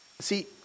See